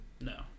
no